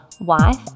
wife